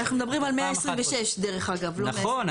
אנחנו מדברים על 126, דרך אגב, לא 127. נכון.